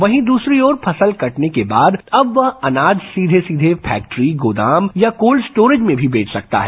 वहीं दूसरी ओर फसल कटने के बाद अब वह अनाज सीधे सीधे फैक्ट्री गोदाम या कोल स्टोरेज में भी बेच सकता है